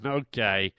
okay